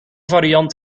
variant